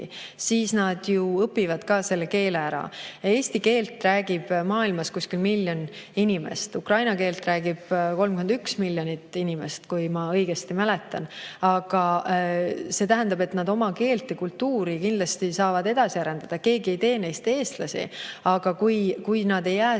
siis nad õpivad ju ka selle [riigi] keele ära. Eesti keelt räägib maailmas umbes miljon inimest, ukraina keelt räägib 31 miljonit inimest, kui ma õigesti mäletan. See tähendab, et nad oma keelt ja kultuuri kindlasti saavad edasi arendada, keegi ei tee neist eestlasi. Aga kui nad ei jää